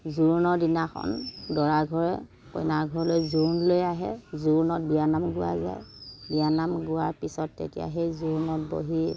জোৰোণৰ দিনাখন দৰাঘৰে কইনা ঘৰলৈ জোৰোণ লৈ আহে জোৰোণত বিয়ানাম গোৱা যায় বিয়ানাম গোৱাৰ পিছত তেতিয়া সেই জোৰোণত বহি